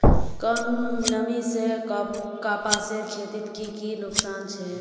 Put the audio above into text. कम नमी से कपासेर खेतीत की की नुकसान छे?